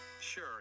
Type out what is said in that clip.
sure